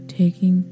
taking